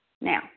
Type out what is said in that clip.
Now